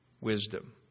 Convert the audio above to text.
Wisdom